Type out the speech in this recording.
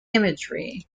imagery